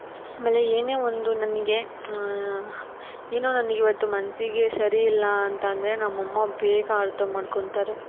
ಆಮೇಲೆ ಏನೇ ಒಂದು ನನಗೆ ಏನೋ ನನ್ಗೆ ಇವತ್ತು ಮನಸ್ಸಿಗೆ ಸರಿ ಇಲ್ಲ ಅಂತಂದರೆ ನಮ್ಮ ಅಮ್ಮ ಬೇಗ ಅರ್ಥ ಮಾಡ್ಕೊಳ್ತಾರೆ